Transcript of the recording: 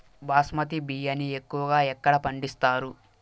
బాస్మతి బియ్యాన్ని ఎక్కువగా ఎక్కడ పండిస్తారు?